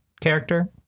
character